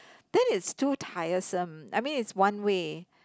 then it's too tiresome I mean it's one way